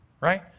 right